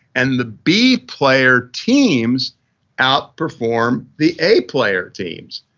and the b player teams out perform the a player teams.